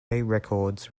records